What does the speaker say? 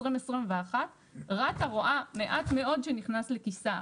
2021 רת"א רואה מעט מאוד שנכנס לכיסה.